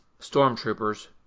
Stormtroopers